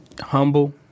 Humble